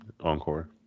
Encore